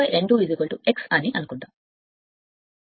మరియు మనకు Eb K ∅ n